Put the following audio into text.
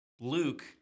Luke